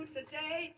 today